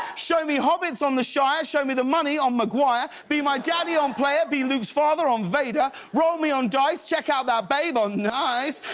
show me hobbits on the shire, show me the money on maguire, be my daddy on player. be luke's father on vader. roll me on dice, check out that babe on niiiiiice.